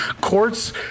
courts